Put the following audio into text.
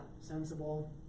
sensible